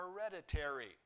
hereditary